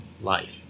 life